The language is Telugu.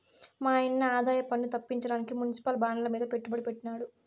మాయన్న ఆదాయపన్ను తప్పించడానికి మునిసిపల్ బాండ్లమీద పెట్టుబడి పెట్టినాడు